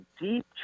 deep